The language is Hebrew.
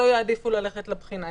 לא יעדיפו ללכת לבחינה.